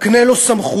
תקנה לו סמכות